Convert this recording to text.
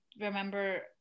remember